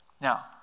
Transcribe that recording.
Now